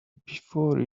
before